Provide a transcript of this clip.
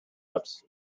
ups